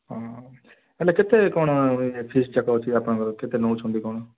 ହଁ ହେଲେ କେତେ କ'ଣ ଫିସ୍ ଯାକ ଅଛି ଆପଣଙ୍କର କେତେ ନଉଛନ୍ତି କ'ଣ